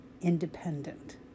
independent